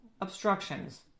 obstructions